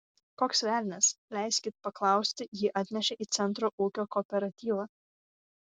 koks velnias leiskit paklausti jį atnešė į centro ūkio kooperatyvą